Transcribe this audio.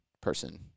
person